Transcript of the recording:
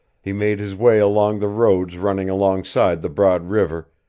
he made his way along the roads running alongside the broad river,